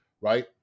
right